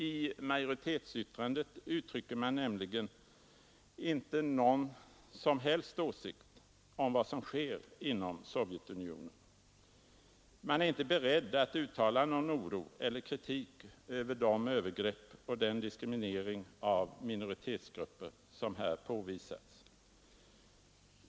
I majoritetsyttrandet uttrycker man nämligen icke någon som helst åsikt om vad som sker inom Sovjetunionen. Man är inte beredd att uttala någon oro eller kritik över de övergrepp och den diskriminering av minoritetsgrupper som här påvisats.